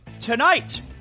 tonight